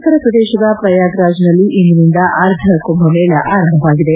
ಉತ್ತರ ಪ್ರದೇಶದ ಪ್ರಯಾಗ್ರಾಜ್ನಲ್ಲಿ ಇಂದಿನಿಂದ ಅರ್ಧ ಕುಂಭಮೇಳ ಆರಂಭವಾಗಿದೆ